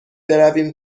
برویم